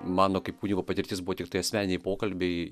mano kaip kunigo patirtis buvo tiktai asmeniniai pokalbiai